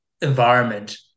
environment